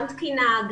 גם תקינה,